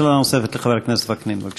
שאלה נוספת לחבר הכנסת וקנין, בבקשה.